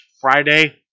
Friday